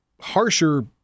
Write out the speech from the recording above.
harsher